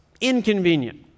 inconvenient